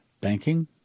banking